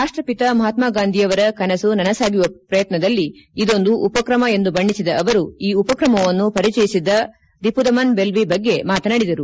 ರಾಷ್ಷಬಿತ ಮಹಾತ್ಮ ಗಾಂಧಿಯವರ ಕನಸು ನನಸಾಗಿಸುವ ಪ್ರಯತ್ನದಲ್ಲಿ ಇದೊಂದು ಉಪಕ್ರಮ ಎಂದು ಬಣ್ಣಿಸಿದ ಅವರು ಈ ಉಪಕ್ರಮವನ್ನು ಪರಿಚಯಿಸಿದ ರಿಪುದಮನ್ ಬೆಲ್ವಿ ಬಗ್ಗೆ ಮಾತನಾಡಿದರು